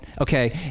okay